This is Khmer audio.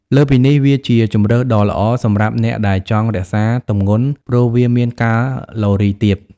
លើសពីនេះ វាជាជម្រើសដ៏ល្អសម្រាប់អ្នកដែលចង់រក្សាទម្ងន់ព្រោះវាមានកាឡូរីទាប។